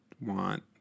want